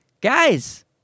guys